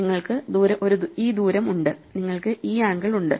നിങ്ങൾക്ക് ഈ ദൂരം ഉണ്ട് നിങ്ങൾക്ക് ഈ ആംഗിൾ ഉണ്ട്